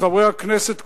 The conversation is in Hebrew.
מחברי הכנסת כולם,